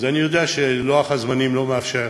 אז אני יודע שלוח הזמנים לא מאפשר,